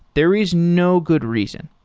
there is no good reason.